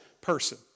person